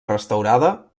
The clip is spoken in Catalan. restaurada